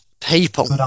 People